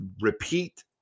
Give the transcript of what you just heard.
repeat